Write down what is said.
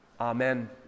Amen